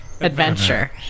adventure